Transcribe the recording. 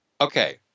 okay